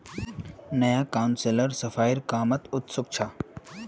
नया काउंसलर सफाईर कामत उत्सुक छ